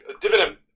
dividend